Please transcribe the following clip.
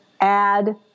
add